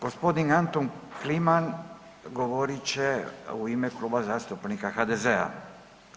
Gospodin Antun Kliman govorit će u ime Kluba zastupnika HDZ-a.